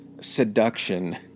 seduction